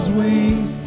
wings